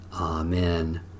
Amen